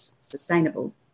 sustainable